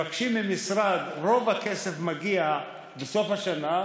רוב הכסף מגיע בסוף השנה,